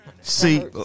see